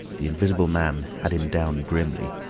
the invisible man had him down grimly,